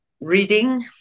reading